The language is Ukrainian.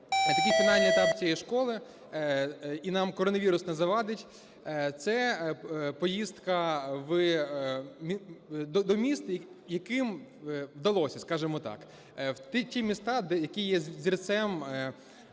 такий фінальний етап цієї школи, і нам коронавірус не завадить, це поїздка до міст, яким вдалося, скажемо так, в ті міста, які є взірцем